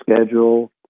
schedule